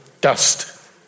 dust